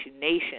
nation